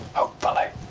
hopefully